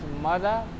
mother